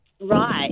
Right